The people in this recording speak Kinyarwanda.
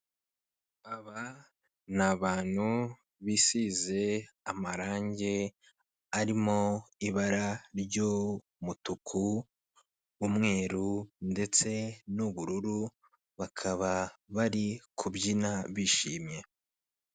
Aba ni abantu bisize amarange arimo ibara ry'umutuku, umweru, ndetse n'ubururu, bakaba bari kubyina bishimye.